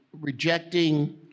rejecting